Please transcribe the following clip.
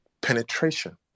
penetration